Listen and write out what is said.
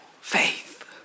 faith